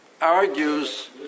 argues